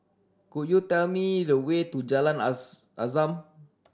could you tell me the way to Jalan Azam